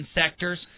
sectors